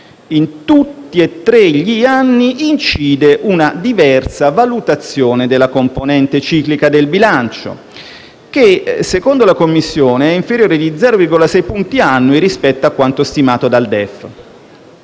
In tutti e tre gli anni incide una diversa valutazione della componente ciclica del bilancio che, secondo la Commissione, è inferiore di 0,6 punti annui rispetto a quanto stimato dal DEF.